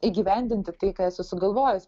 įgyvendinti tai ką esu sugalvojus